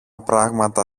πράγματα